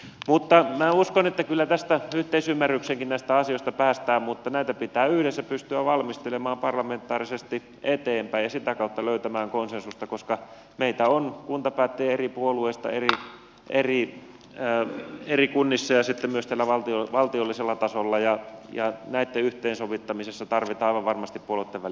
mutta minä uskon että kyllä yhteisymmärrykseenkin näistä asioista päästään mutta näitä pitää yhdessä pystyä valmistelemaan parlamentaarisesti eteenpäin ja sitä kautta löytämään konsensusta koska meitä on kuntapäättäjiä eri puolueista eri kunnissa ja sitten myös täällä valtiollisella tasolla ja näitten yhteensovittamisessa tarvitaan aivan varmasti puolueitten välistä yhteistyötä